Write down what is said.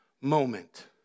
moment